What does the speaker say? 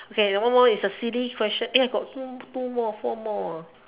okay then one more is the silly question eh got two two more four more ah